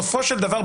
בסופו של דבר,